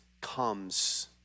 comes